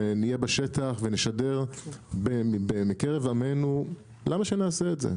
ונהיה בשטח ונשדר מקרב עמנו - למה שנעשה את זה?